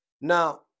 Now